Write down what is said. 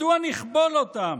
מדוע נכבול אותם?